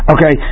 Okay